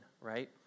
right